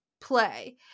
play